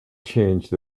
changed